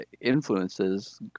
influences